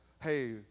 hey